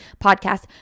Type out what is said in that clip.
podcast